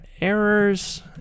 errors